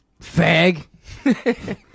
Fag